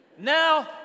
Now